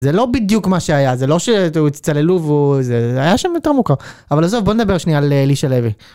זה לא בדיוק מה שהיה זה לא ש... צללו והוא.. זה היה שם יותר מורכב. אבל זה בוא נדבר שנייה על אלישע לוי.